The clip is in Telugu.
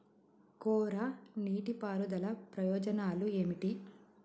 కోరా నీటి పారుదల ప్రయోజనాలు ఏమిటి?